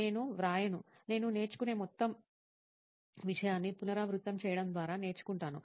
నేను వ్రాయను నేను నేర్చుకునే మొత్తం విషయాన్ని పునరావృతం చేయడం ద్వారా నేర్చుకుంటాను